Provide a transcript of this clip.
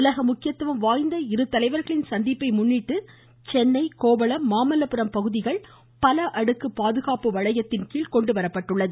உலக முக்கியத்துவம் வாய்ந்த இருதலைவர்களின் சந்திப்பை முன்னிட்டு சென்னை கோவளம் மாமல்லபுரம் பகுதிகள் பல அடுக்கு பாதுகாப்பு வளையத்தின் கீழ் கொண்டுவரப்பட்டுள்ளது